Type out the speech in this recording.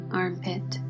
armpit